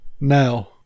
Now